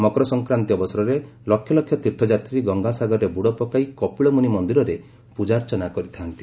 ମକର ସଂକ୍ରାନ୍ତୀ ଅବସରରେ ଲକ୍ଷ୍ୟ ଲକ୍ଷ୍ୟ ତୀର୍ଥଯାତ୍ରୀ ଗଙ୍ଗାସାଗରରେ ବୁଡ଼ ପକାଇ କପିଳମୂନୀ ମନ୍ଦିରରେ ପ୍ରଜାର୍ଚ୍ଚନା କରିଥାନ୍ତି